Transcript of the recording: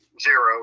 zero